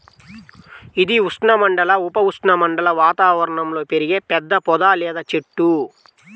ఇది ఉష్ణమండల, ఉప ఉష్ణమండల వాతావరణంలో పెరిగే పెద్ద పొద లేదా చెట్టు